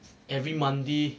every monday